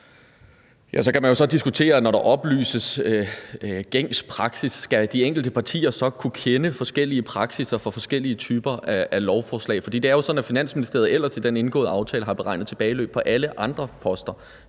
praksis, kan man jo så diskutere, om de enkelte partier skal kunne kende forskellige praksisser for forskellige typer lovforslag. For det er jo sådan, at Finansministeriet ellers i den indgåede aftale har beregnet tilbageløb på alle andre poster,